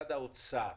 במשרד האוצר